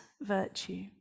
virtue